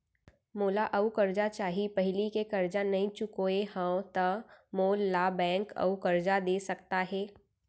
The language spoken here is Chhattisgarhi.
मोला अऊ करजा चाही पहिली के करजा नई चुकोय हव त मोल ला बैंक अऊ करजा दे सकता हे?